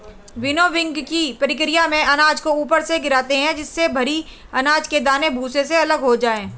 विनोविंगकी प्रकिया में अनाज को ऊपर से गिराते है जिससे भरी अनाज के दाने भूसे से अलग हो जाए